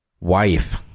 wife